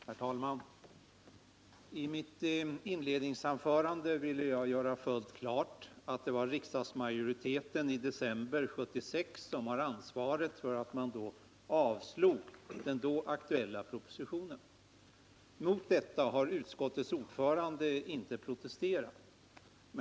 Herr talman! I mitt inledningsanförande ville jag göra fullt klart att det är riksdagsmajoriteten i december 1976 som har ansvaret för att man avslog den då aktuella propositionen. Mot detta har utskottets ordförande inte protesterat.